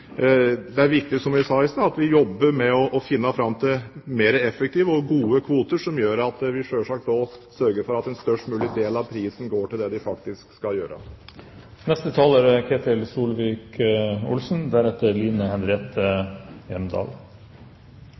det er viktig, som jeg sa i stad, at vi jobber med å finne fram til mer effektive og gode kvoter som gjør at vi selvsagt også sørger for at en størst mulig del av prisen går til det den faktisk skal gjøre.